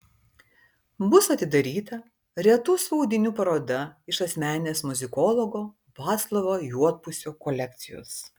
bus atidaryta retų spaudinių paroda iš asmeninės muzikologo vaclovo juodpusio kolekcijos